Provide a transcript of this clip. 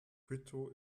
quito